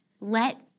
let